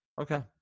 Okay